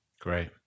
Great